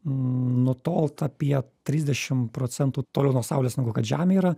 nutolt apie trisdešim procentų toliau nuo saulės negu kad žemė yra